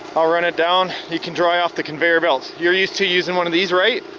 i'll run it down, you can dry off the conveyor belts. you're used to using one of these, right?